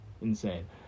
insane